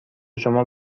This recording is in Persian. شما